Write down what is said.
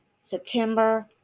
September